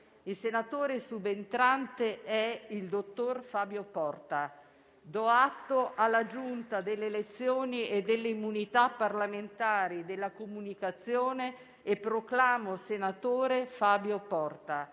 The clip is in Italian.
il senatore subentrante è il dottor Fabio Porta. Do atto alla Giunta delle elezioni e delle immunità parlamentari della comunicazione e proclamo senatore Fabio Porta.